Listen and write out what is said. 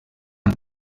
amb